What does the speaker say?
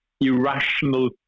irrational